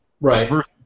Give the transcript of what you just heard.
Right